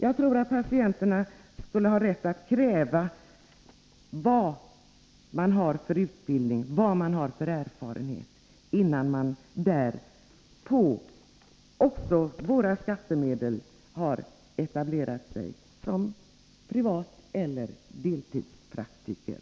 » Jag anser att patienterna borde ha rätt att kräva en bestämmelse om vilken utbildning och erfarenhet en läkare skall ha innan han, på våra skattemedel, får etablera sig som privateller deltidspraktiker.